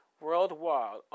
worldwide